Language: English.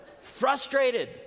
Frustrated